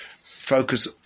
focus